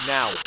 Now